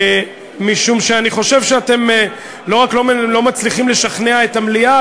משום שאני חושב שאתם לא רק לא מצליחים לשכנע את המליאה,